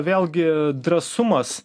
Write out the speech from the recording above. vėlgi drąsumas